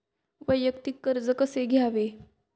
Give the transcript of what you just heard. वैयक्तिक कर्ज कसे घ्यावे?